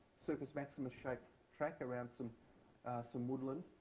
circus maximus shaped track around some some woodland.